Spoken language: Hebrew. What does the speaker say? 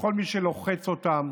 לכל מי שלוחץ אותם